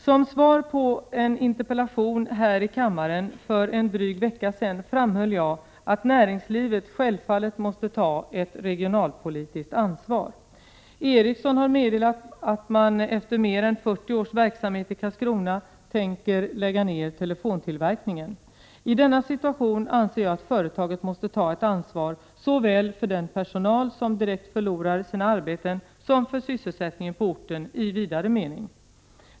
Som svar på en interpellation här i kammaren för en dryg vecka sedan framhöll jag att näringslivet självfallet måste ta ett regionalpolitiskt ansvar. Ericsson har meddelat att man, efter mer än 40 års verksamhet i Karlskrona, tänker lägga ner telefontillverkningen. I denna situation anser jag att 2 företaget måste ta ansvar såväl för den personal som direkt förlorar sina arbeten som för sysselsättningen på orten i vidare mening.